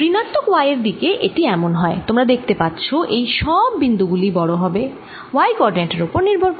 ঋণাত্মক y দিকে এটি এমন হয় তোমরা দেখতে পাচ্ছ এই সব বিন্দু গুলি বড় হবে y কোঅরডিনেট এর ওপরে নির্ভর করে